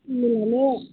M A लानो